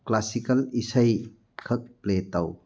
classical ꯏꯁꯩꯈꯛ play ꯇꯧ